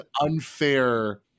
unfair